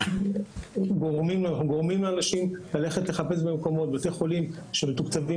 אנחנו גורמים לאנשים ללכת ולחפש במקומות לבתי החולים שמתוקצבים